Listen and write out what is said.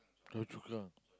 don't choke lah